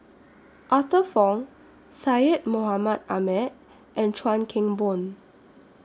Arthur Fong Syed Mohamed Ahmed and Chuan Keng Boon